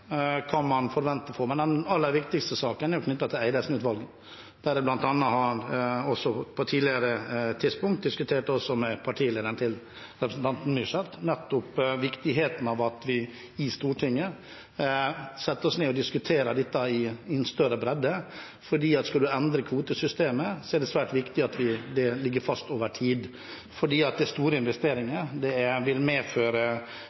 men den aller viktigste saken er knyttet til Eidesen-utvalget, der jeg også på et tidligere tidspunkt har diskutert med partilederen til Cecilie Myrseth nettopp viktigheten av at vi, i Stortinget, setter oss ned og diskuterer dette i en større bredde. Skal en endre kvotesystemet, er det svært viktig at det ligger fast over tid, for det er store investeringer, det vil medføre